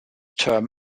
term